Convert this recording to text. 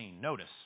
notice